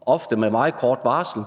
ofte med meget kort varsel.